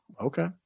okay